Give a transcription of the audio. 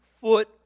foot